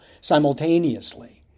simultaneously